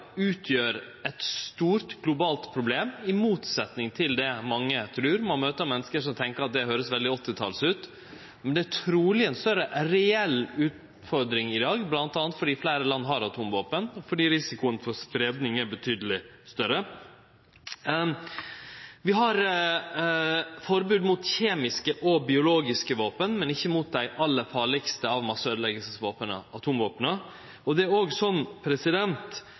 utgjer eit stort globalt problem, i motsetnad til det mange trur. Ein møter menneske som tenkjer at det høyrest veldig 1980-tals ut, men det er truleg ei større reell utfordring i dag, bl.a. fordi fleire land har atomvåpen, og fordi risikoen for spreiing er betydeleg større. Vi har forbod mot kjemiske og biologiske våpen, men ikkje mot dei aller farlegaste av masseøydeleggingsvåpena: atomvåpena. Det er